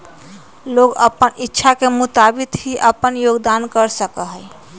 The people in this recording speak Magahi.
लोग अपन इच्छा के मुताबिक ही अपन योगदान कर सका हई